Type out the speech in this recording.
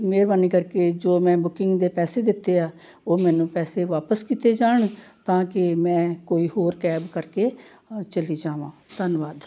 ਮਿਹਰਬਾਨੀ ਕਰਕੇ ਜੋ ਮੈਂ ਬੁਕਿੰਗ ਦੇ ਪੈਸੇ ਦਿੱਤੇ ਆ ਉਹ ਮੈਨੂੰ ਪੈਸੇ ਵਾਪਸ ਕੀਤੇ ਜਾਣ ਤਾਂ ਕਿ ਮੈਂ ਕੋਈ ਹੋਰ ਕੈਬ ਕਰਕੇ ਚਲੀ ਜਾਵਾਂ ਧੰਨਵਾਦ